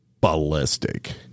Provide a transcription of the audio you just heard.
ballistic